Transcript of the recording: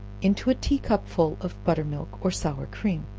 into a tea-cupful of butter-milk, or sour cream